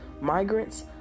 migrants